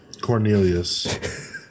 Cornelius